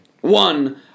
One